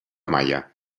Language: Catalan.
maia